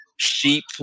sheep